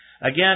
Again